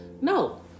no